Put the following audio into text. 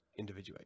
individuate